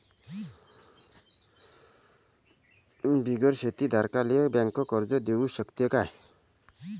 बिगर शेती धारकाले बँक कर्ज देऊ शकते का?